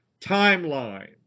timeline